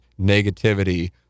negativity